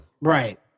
right